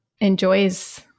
enjoys